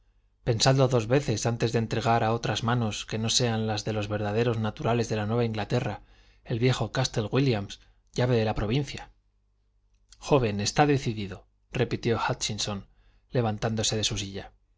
pensadlo dos veces antes de entregar a otras manos que no sean las de los verdaderos naturales de la nueva inglaterra el viejo castle wílliam llave de la provincia joven está decidido repitió hútchinson levantándose de su silla